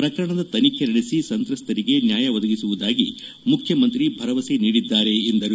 ಪ್ರಕರಣದ ತನಿಖೆ ನಡೆಸಿ ಸಂತ್ರಸ್ತರಿಗೆ ನ್ಲಾಯ ಒದಗಿಸುವುದಾಗಿ ಮುಖ್ಯಮಂತ್ರಿ ಭರವಸೆ ನೀಡಿದ್ದಾರೆ ಎಂದರು